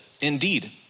indeed